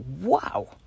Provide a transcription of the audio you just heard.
wow